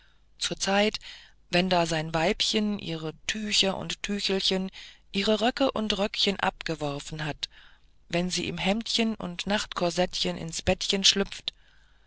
zeit wenn da sein weibchen ihre tücher und tüchelchen ihre röcke und röckchen abgeworfen hat wenn sie im hemdchen und nachtkorsettchen ins bettchen schlüpft was